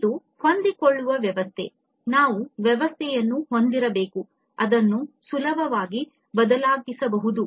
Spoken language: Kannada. ಇದು ಹೊಂದಿಕೊಳ್ಳುವ ವ್ಯವಸ್ಥೆ ನಾವು ವ್ಯವಸ್ಥೆಯನ್ನು ಹೊಂದಿರಬೇಕು ಅದನ್ನು ಸುಲಭವಾಗಿ ಬದಲಾಯಿಸಬಹುದು